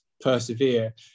persevere